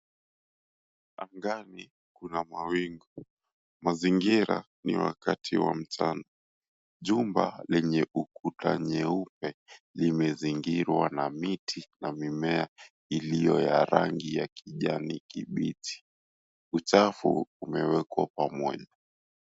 Angani kuna mawingu. Mazingira ni wakati wa mchana. Jumba lenye ukuta nyeupe, limezingirwa na miti na mimea iliyo ya rangi ya kijani kibichi. Uchafu umeekwa pamoja.